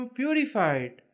purified